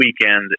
weekend